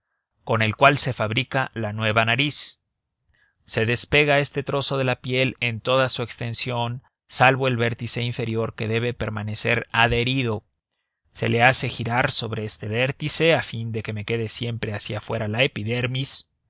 con el cual se fabrica la nueva nariz se despega este trozo de piel en toda su extensión salvo el vértice inferior que debe permanecer adherido se le hace girar sobre este vértice a fin de que me quede siempre hacia fuera la epidermis